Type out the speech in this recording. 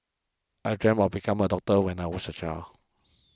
I dreamt of become a doctor when I was a child